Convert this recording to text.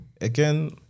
again